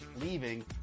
leaving